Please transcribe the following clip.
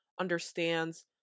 understands